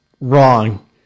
wrong